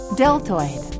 deltoid